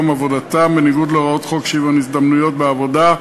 עבודתם בניגוד להוראות חוק שוויון ההזדמנויות בעבודה,